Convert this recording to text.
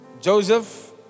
Joseph